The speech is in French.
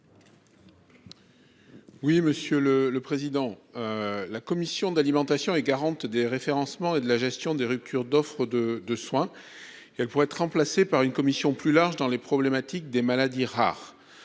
Oui monsieur le le président. La Commission de l'alimentation et 42 référencement et de la gestion des ruptures d'offres de de soins et elle pourrait être remplacée par une commission plus large dans les problématiques des maladies rares.